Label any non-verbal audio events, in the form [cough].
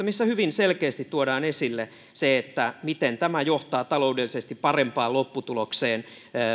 [unintelligible] missä hyvin selkeästi tuodaan esille se miten tämä johtaa taloudellisesti parempaan lopputulokseen